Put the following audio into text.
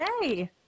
Hey